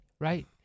right